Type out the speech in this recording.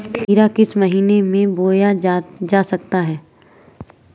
खीरा किस महीने में बोया जाता है?